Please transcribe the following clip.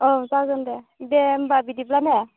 औ जागोन दे दे होमब्ला बिदिब्ला ना